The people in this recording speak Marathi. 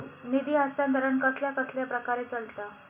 निधी हस्तांतरण कसल्या कसल्या प्रकारे चलता?